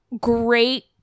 great